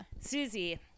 Susie